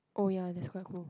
oh ya that's quite cool